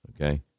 Okay